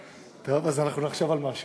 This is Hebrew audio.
טוב, אז אנחנו נחשוב על משהו.